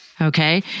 okay